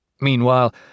Meanwhile